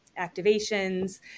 activations